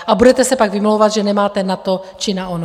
A budete se pak vymlouvat, že nemáte na to či na ono.